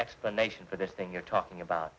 explanation for this thing you're talking about